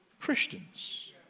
Christians